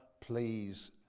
please